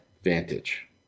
Vantage